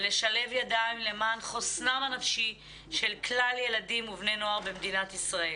ולשלב ידיים למען חוסנם הנפשי של כלל ילדים ובני נוער במדינת ישראל.